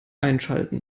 einschalten